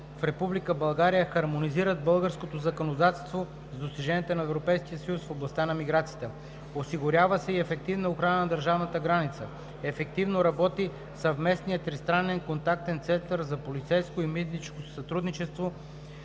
България хармонизират българското законодателство с достиженията на Европейския съюз в областта на миграцията. Осигурява се и ефективна охрана на държавната граница. Ефективно работи съвместният тристранен контактен център за полицейско и митническо сътрудничество